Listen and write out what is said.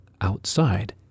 outside